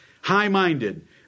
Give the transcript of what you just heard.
high-minded